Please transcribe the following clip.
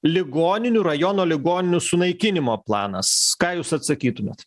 ligoninių rajono ligoninių sunaikinimo planas ką jūs atsakytumėt